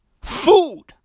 food